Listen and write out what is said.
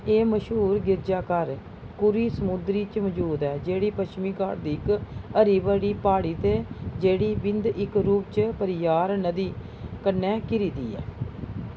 एह् मश्हूर गिरजाघर कुरी सुमुंदरी च मजूद ऐ जेह्ड़ी पच्छमी घाट दी इक हरी भरी प्हाड़ी ते जेह्ड़ी बिंद इक रूप च पेरियार नदी कन्नै घिरी दी ऐ